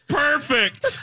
perfect